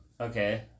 Okay